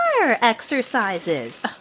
exercises